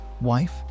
wife